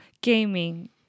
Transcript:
gaming